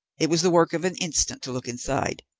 it was the work of an instant to look inside,